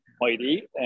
Mighty